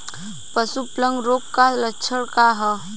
पशु प्लेग रोग के लक्षण का ह?